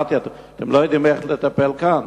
אמרתי: אתם לא יודעים איך לטפל כאן?